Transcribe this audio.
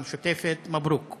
באמת חברי כנסת ממדרגה ראשונה.